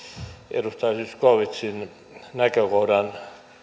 edustaja zyskowiczin näkökohdan